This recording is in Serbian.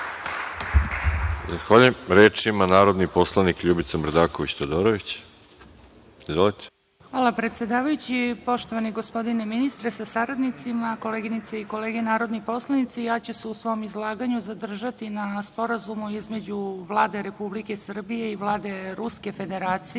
Hvala, predsedavajući. Poštovani gospodine ministre sa saradnicima, koleginice i kolege narodni poslanici, ja ću se u svom izlaganju zadržati na Sporazumu između Vlade Republike Srbije i Vlade Ruske Federacije